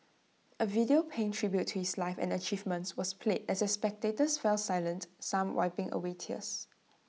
A video paying tribute to his life and achievements was played as the spectators fell silent some wiping away tears